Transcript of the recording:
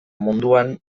munduan